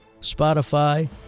Spotify